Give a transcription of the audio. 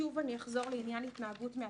שוב אני אחזור לעניין התנהגות מאתגרת,